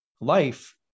life